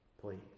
please